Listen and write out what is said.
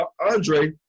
Andre